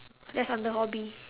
that's under hobby